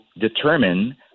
determine